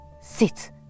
sit